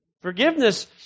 Forgiveness